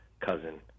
cousin